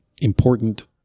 important